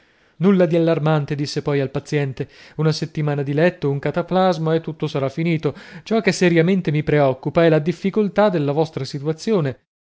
nulla di allarmante disse poi al paziente una settimana di letto un cataplasma e tutto sarà finito ciò che seriamente mi preoccupa è la difficoltà della vostra situazione